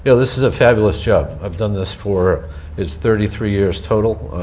you know this is fabulous job. i've done this for it's thirty three years total.